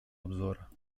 обзора